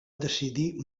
decidir